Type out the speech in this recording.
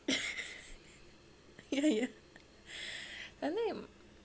ya ya I like